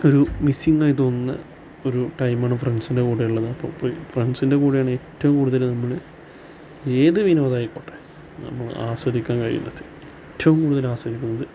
ഒരു മിസ്സിങ്ങായി തോന്നുന്ന ഒരു ടൈമാണ് ഫ്രണ്ട്സിൻ്റെ കൂടെയുള്ളത് അപ്പോൾ ഫ്രണ്ട്സിൻ്റെ കൂടെയാണ് ഏറ്റവും കൂടുതൽ നമ്മൾ ഏത് വിനോദം ആയിക്കോട്ടെ നമ്മൾ ആസ്വദിക്കാൻ കഴിയുന്നത് ഏറ്റവും കൂടുതൽ ആസ്വദിക്കുന്നത്